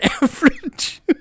average